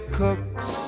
cooks